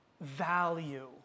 value